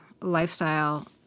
lifestyle